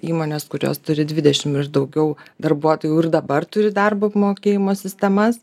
įmonės kurios turi dvidešim ir daugiau darbuotojų ir dabar turi darbo apmokėjimo sistemas